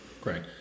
Great